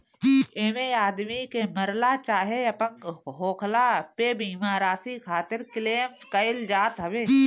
एमे आदमी के मरला चाहे अपंग होखला पे बीमा राशि खातिर क्लेम कईल जात हवे